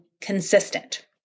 consistent